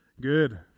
good